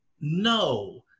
no